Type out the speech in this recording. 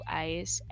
eyes